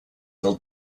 del